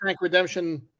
Redemption